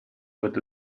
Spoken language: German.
wird